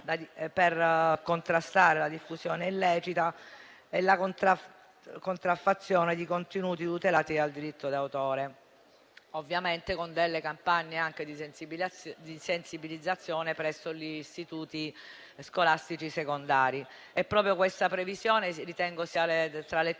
per contrastare la diffusione illecita e la contraffazione di contenuti tutelati dal diritto d'autore, ovviamente con delle campagne di sensibilizzazione presso le istituzioni scolastiche secondarie. Ritengo che proprio tale previsione sia tra le